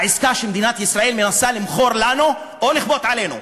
העסקה שמדינת ישראל מנסה למכור לנו או לכפות עלינו.